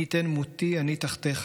מי יתן מותי אני תחתיך,